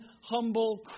humble